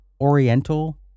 oriental